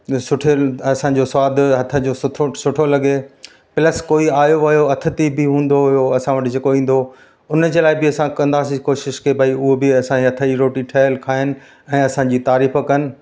सुठे असांजो सवादु हथ जो सुठो सुठो लॻे प्लस कोइ आहियो वियो अतिथि बि हूंदो हुओ असां वटि जेको ईंदो हुओ हुन जे लाइ बि असां कंदा हुआसीं कोशिश की भई उहो बि असांजे हथ जी रोटी ठहियलु खाइनि ऐं असांजी तारीफ़ कनि